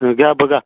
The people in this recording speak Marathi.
हं घ्या बघा